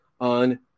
on